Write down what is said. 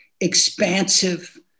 expansive